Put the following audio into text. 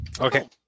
Okay